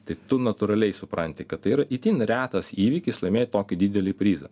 tai tu natūraliai supranti kad tai yra itin retas įvykis laimėt tokį didelį prizą